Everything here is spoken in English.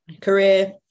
career